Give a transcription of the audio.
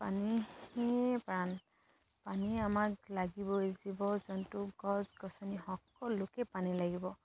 পানী প্ৰাণ পানী আমাক লাগিবই জীৱ জন্তু গছ গছনি সকলোকে পানী লাগিব